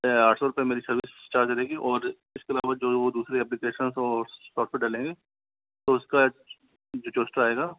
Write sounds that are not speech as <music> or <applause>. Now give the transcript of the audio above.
आठ सौ रुपए मेरी सर्विस चार्ज रहेगी और इसके अलावा जो दूसरी एप्लीकेशन और सॉफ्टवेयर डलेंगे तो उसका <unintelligible> आएगा